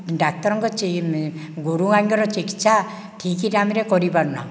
ଡ଼ାକ୍ତରଙ୍କ ଗୋରୁ ଗାଈଙ୍କର ଚିକିତ୍ସା ଠିକ୍ ଟାଇମ୍ରେ କରିପାରୁ ନାହୁଁ